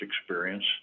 experience